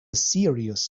serious